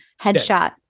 headshot